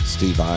Steve